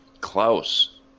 klaus